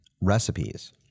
recipes